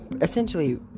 Essentially